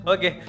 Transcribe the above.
Okay